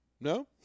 No